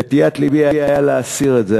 נטיית לבי הייתה להסיר את זה,